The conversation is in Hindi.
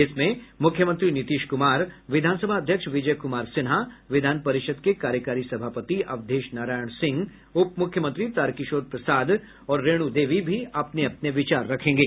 इसमें मुख्यमंत्री नीतीश कुमार विधानसभा अध्यक्ष विजय कुमार सिन्हा विधान परिषद् के कार्यकारी सभापति अवधेश नारायण सिंह उप मुख्यमंत्री तारकिशोर प्रसाद और रेणु देवी भी अपने अपने विचार रखेंगे